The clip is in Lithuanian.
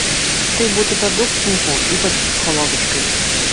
tai būtų per daug sunku ypač psichologiškai